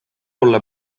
olla